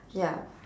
ya